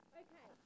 okay